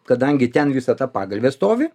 kadangi ten visa ta pagalvė stovi